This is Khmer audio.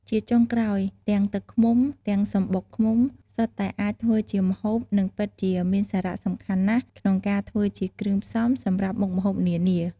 ជាចុងក្រោយ ទាំងទឹកឃ្មុំ ទាំងសំបុកឃ្មុំសុទ្ធតែអាចធ្វើជាម្ហូបនិងពិតជាមានសារៈសំខាន់ណាស់ក្នុងការធ្វើជាគ្រឿងផ្សំសម្រាប់មុខម្ហូបនានា។